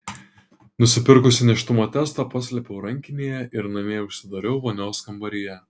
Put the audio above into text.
nusipirkusi nėštumo testą paslėpiau rankinėje ir namie užsidariau vonios kambaryje